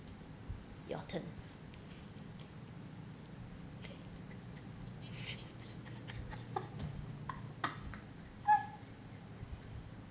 your turn